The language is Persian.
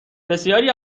بسیاری